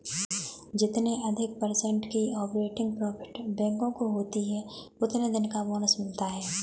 जितने अधिक पर्सेन्ट की ऑपरेटिंग प्रॉफिट बैंकों को होती हैं उतने दिन का बोनस मिलता हैं